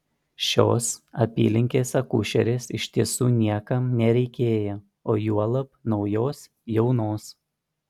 šios apylinkės akušerės iš tiesų niekam nereikėjo o juolab naujos jaunos